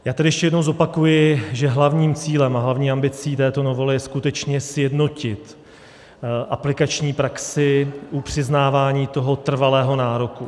Já tady ještě jednou zopakuji, že hlavním cílem a hlavní ambicí této novely je skutečně sjednotit aplikační praxi u přiznávání toho trvalého nároku.